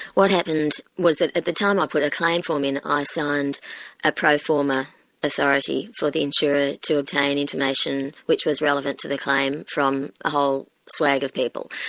what happened was that at the time i put a claim form in, i signed a pro forma authority for the insurer to obtain information which was relevant to the claim from a whole swag of people.